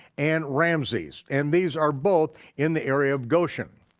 and ramesses. and these are both in the area of goshen.